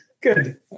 good